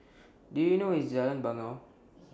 Do YOU know IS Jalan Bangau